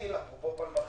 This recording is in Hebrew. אפרופו פלמחים,